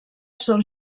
són